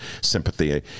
sympathy